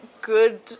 good